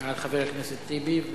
מעל חבר הכנסת טיבי,